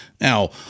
Now